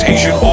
Asian